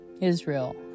Israel